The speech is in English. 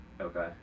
Okay